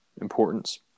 importance